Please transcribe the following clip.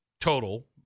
total